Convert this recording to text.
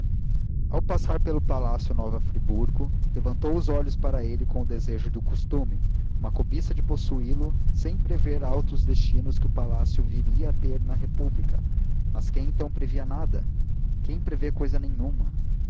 ao passar pelo palácio nova friburgo levantou os olhos para ele com o desejo do costume uma cobiça de possuí-lo sem prever os altos destinos que o palácio viria a ter na república mas quem então previa nada quem prevê cousa nenhuma